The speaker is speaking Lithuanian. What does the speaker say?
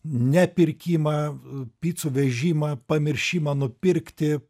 ne pirkimą picų vežimą pamiršimą nupirkti